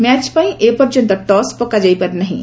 match ପାଇଁ ଏପର୍ଯ୍ୟନ୍ତ toss ପକାଯାଇ ପାରିନାହିଁ